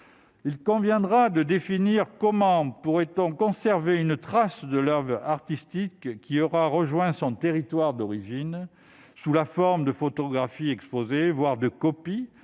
il conviendra de trouver la meilleure manière de conserver une trace de l'oeuvre artistique qui aura rejoint son territoire d'origine, sous la forme de photographies exposées, voire de copies,